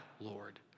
Lord